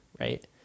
right